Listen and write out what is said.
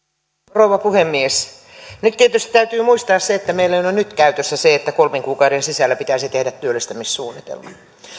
rouva puhemies nyt tietysti täytyy muistaa se että meillä on jo nyt käytössä se että kolmen kuukauden sisällä pitäisi tehdä työllistämissuunnitelma